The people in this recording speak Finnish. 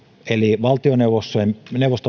eli valtioneuvoston